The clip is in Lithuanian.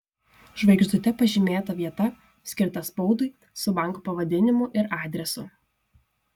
žvaigždute pažymėta vieta skirta spaudui su banko pavadinimu ir adresu